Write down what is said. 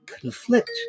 conflict